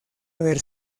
haber